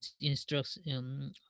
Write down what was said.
instruction